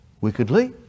wickedly